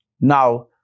Now